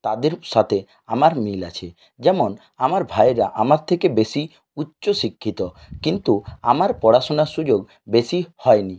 তাদের সাথে আমার মিল আছে যেমন আমার ভাইয়েরা আমার থেকে বেশি উচ্চ শিক্ষিত কিন্তু আমার পড়াশোনার সুযোগ বেশি হয়নি